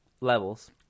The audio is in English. levels